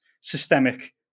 systemic